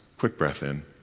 quick breath in